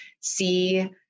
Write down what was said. see